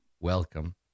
Welcome